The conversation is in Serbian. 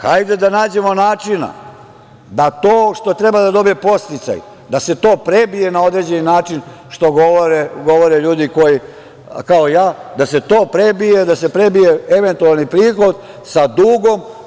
Hajde da nađemo načina da to što treba da dobije podsticaj, da se to prebije na određeni način, što govore ljudi kao ja, da se to prebije, da se prebije eventualni prihod sa dugom.